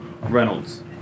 Reynolds